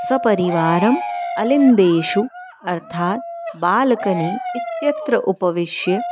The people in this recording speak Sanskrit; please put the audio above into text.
सपरिवारम् अलिन्देषु अर्थात् बालकनी इत्यत्र उपविश्य